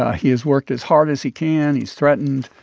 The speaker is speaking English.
ah he has worked as hard as he can. he's threatened.